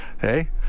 Hey